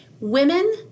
Women